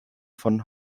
von